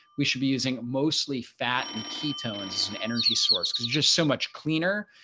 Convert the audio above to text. we should be using mostly fat and ketones as an energy source because just so much cleaner,